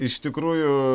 iš tikrųjų